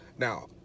Now